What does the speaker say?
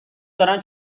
دارن